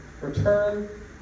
Return